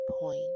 point